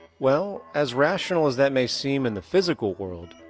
well, as rational as that may seem in the physical world,